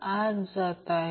8 Ω आहे